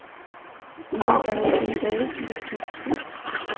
इ'यै साढ़े उधमपुर डिस्ट्रिक्ट दी